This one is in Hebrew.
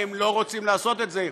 הן לא רוצות לעשות את זה,